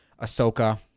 Ahsoka